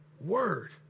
word